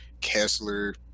Kessler